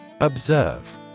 Observe